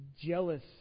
jealous